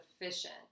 efficient